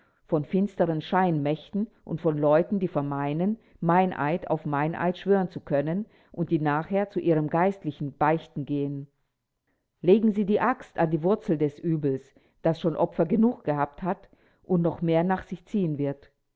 von finsteren scheinmächten und von leuten die vermeinen meineid auf meineid schwören zu können und die nachher zu ihrem geistlichen beichten gehen legen sie die axt an die wurzel des übels das schon opfer genug gehabt hat und noch mehr nach sich ziehen wird